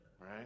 right